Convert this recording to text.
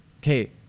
Okay